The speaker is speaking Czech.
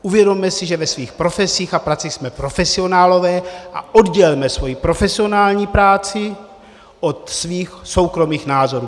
Uvědomme si, že ve svých profesích a pracích jsme profesionálové, a oddělme svoji profesionální práci od svých soukromých názorů.